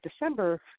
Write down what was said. december